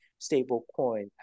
stablecoin